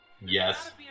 Yes